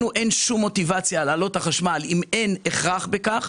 לנו אין שום מוטיבציה להעלות את מחירי החשמל אם אין הכרח בכך,